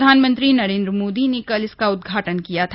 प्रधानमंत्री नरेन्द्र मोदी ने कल इसका उद्घाटन किया था